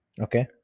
Okay